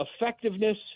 effectiveness